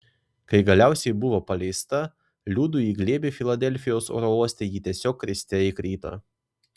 kai galiausiai buvo paleista liudui į glėbį filadelfijos oro uoste ji tiesiog kriste įkrito